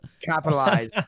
Capitalize